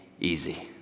easy